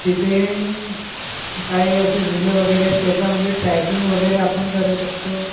तिथे काही असे झुले वगैरे आहेत त्याच्यामध्ये ट्रॅकिंग वगैरे आपण करू शकतो